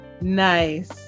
Nice